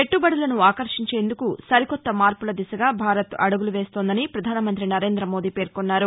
పెట్లబడులను ఆకర్షించేందుకు సరికొత్త మార్పుల దిశగా భారత్ అడుగులు వేస్తోందని ప్రధానమంత్రి నరేం్రద మోదీ పేర్కొన్నారు